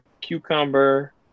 cucumber